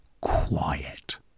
quiet